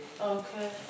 Okay